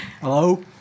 Hello